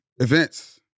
events